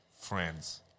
friends